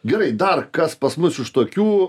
gerai dar kas pas mus iš tokių